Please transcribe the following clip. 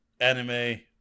anime